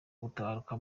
gutabaruka